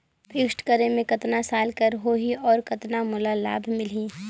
Fixed करे मे कतना साल कर हो ही और कतना मोला लाभ मिल ही?